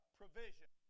provision